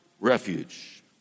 refuge